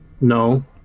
No